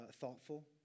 thoughtful